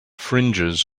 fringes